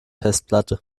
festplatte